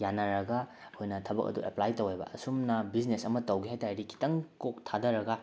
ꯌꯥꯅꯔꯒ ꯑꯩꯈꯣꯏꯅ ꯊꯕꯛ ꯑꯗꯨ ꯑꯦꯞꯄ꯭ꯂꯥꯏ ꯇꯧꯑꯦꯕ ꯑꯁꯨꯝꯅ ꯕꯤꯖꯤꯅꯦꯁ ꯑꯃ ꯇꯧꯒꯦ ꯍꯥꯏꯕꯇꯔꯗꯤ ꯈꯤꯇꯪ ꯀꯣꯛ ꯊꯥꯗꯔꯒ